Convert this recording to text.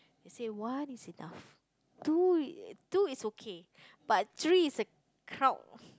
say one is enough two two is okay but three is a crowd